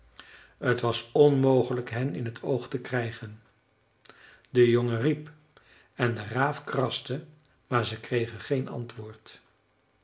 t was onmogelijk hen in t oog te krijgen de jongen riep en de raaf kraste maar ze kregen geen antwoord